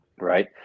right